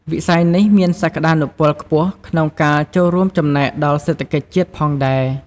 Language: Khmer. វិស័យនេះមានសក្តានុពលខ្ពស់ក្នុងការចូលរួមចំណែកដល់សេដ្ឋកិច្ចជាតិផងដែរ។